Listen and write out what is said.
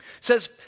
says